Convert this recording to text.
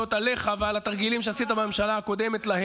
עליך ועל התרגילים שעשית להם בממשלה הקודמת.